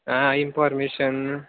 हा इन्फॉर्मेशन